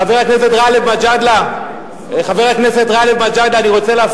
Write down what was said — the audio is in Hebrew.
חבר הכנסת גאלב מג'אדלה, חבר הכנסת גאלב מג'אדלה,